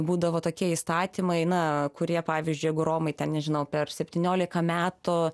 būdavo tokie įstatymai na kurie pavyzdžiui jeigu romai ten nežinau per septyniolika metų